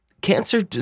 Cancer